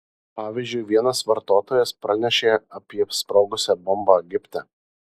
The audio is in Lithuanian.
pavyzdžiui vienas vartotojas pranešė apie sprogusią bombą egipte